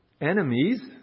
enemies